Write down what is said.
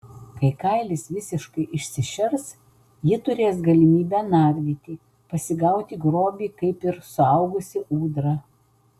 kai kailis visiškai išsišers ji turės galimybę nardyti pasigauti grobį kaip ir suaugusi ūdra